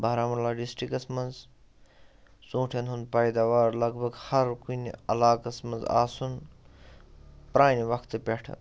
بارہمُلہ ڈِسٹِرکَس منٛز ژوٗنٛٹھٮ۪ن ہُنٛد پیداوار لگ بگ ہر کُنہِ علاقَس منٛز آسُن پرٛانہِ وَقتہٕ پٮ۪ٹھٕ